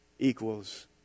equals